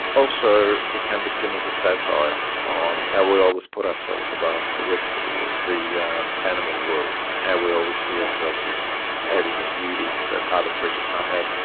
also it can be seen as a satire on how we always put ourselves above the rest of the world, the yeah animal world and how we always see ourselves as having the beauty that other creatures don't have.